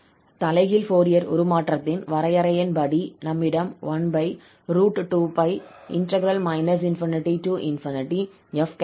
தலைகீழ் ஃபோரியர் உருமாற்றத்தின் வரையறையின்படி நம்மிடம் 12π ∞f∝e i∝xd∝ உள்ளது